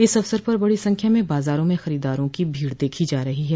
इस अवसर पर बड़ी संख्या में बाजारों में खरीददारों की भीड़ देखी जा रही है